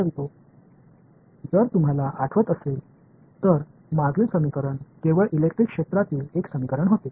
முந்தைய சமன்பாடு மின்சார புலத்தில் மட்டுமே ஒரு சமன்பாடு என்பதை நீங்கள் நினைவு கூர்ந்தால்